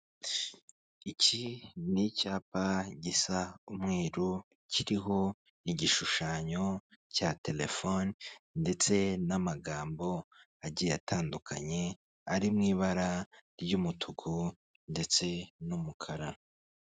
Iki ni icyapa gisa umweru kiriho igishushanyo cya telefone ndetse n'amagambo agiye atandukanye ari mu ibara ry'umutuku ndetse n'umukara.